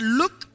look